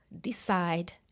decide